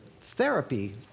therapy